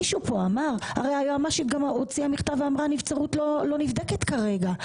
מישהו כאן אמר שהיועצת המשפטית הוציאה מכתב ואמרה נבצרות לא נבדקת כרגע.